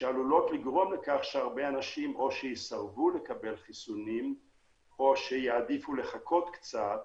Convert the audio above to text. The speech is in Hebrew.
שעלולות לגרום לכך שהרבה אנשים יסרבו לקבל חיסונים או יעדיפו לחכות קצת.